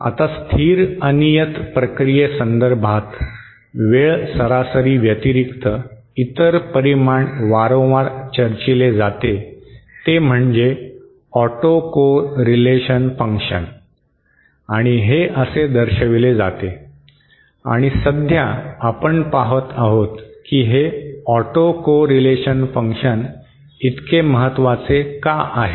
आता स्थिर अनियत प्रक्रियेसंदर्भात वेळ सरासरी व्यतिरिक्त इतर परिमाण वारंवार चर्चिले जाते ते म्हणजे ऑटोकॉरेलेशन फंक्शन आणि हे असे दर्शविले जाते आणि सध्या आपण पहात आहोत की हे ऑटोकॉरेलेशन फंक्शन इतके महत्त्वाचे का आहे